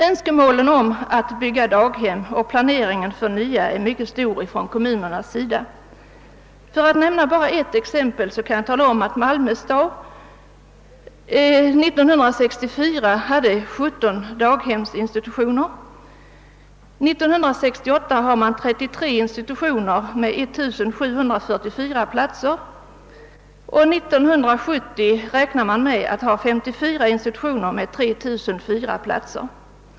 Önskemålen om planering och byggande av nya daghem är mycket stora hos kommunerna. För att bara nämna ett exempel kan jag tala om att Malmö stad år 1964 hade 17 daghemsinstitutioner. År 1968 finns där 33 institutioner med 1 744 platser, och år 1970 räknar man med att ha 54 institutioner med 3 004 platser.